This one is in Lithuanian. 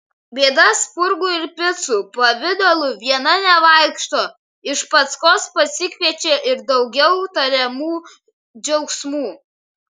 bėda spurgų ir picų pavidalu viena nevaikšto iš paskos pasikviečia ir daugiau tariamų džiaugsmų